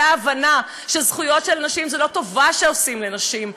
וההבנה שזכויות של נשים זו לא טובה שעושים לנשים,